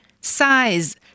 Size